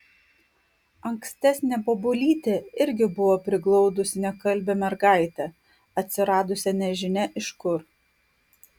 ankstesnė bobulytė irgi buvo priglaudusi nekalbią mergaitę atsiradusią nežinia iš kur